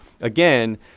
again